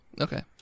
Okay